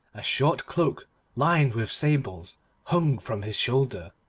a short cloak lined with sables hang from his shoulder,